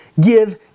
give